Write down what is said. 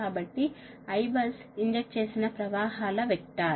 కాబట్టి Ibus inject చేసిన ప్రవాహాల వెక్టర్